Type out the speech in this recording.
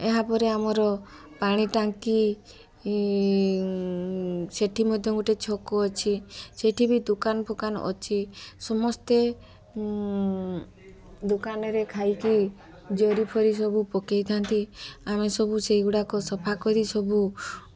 ଏହା ପରେ ଆମର ପାଣି ଟାଙ୍କି ସେଠି ମଧ୍ୟ ଗୋଟେ ମଧ୍ୟ ଛକ ଅଛି ସେଠିବି ଦୋକାନ ଫୋକାନ ଅଛି ସମସ୍ତେ ଦୁକାନରେ ଖାଇକି ଜରିଫରି ସବୁ ପକାଇଥାନ୍ତି ଆମେ ସବୁ ସେଇଗୁଡ଼ାକ ସଫା କରି ସବୁ